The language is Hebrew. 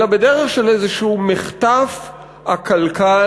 אלא בדרך של איזשהו מחטף עקלקל,